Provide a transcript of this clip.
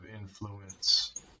influence